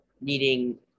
needing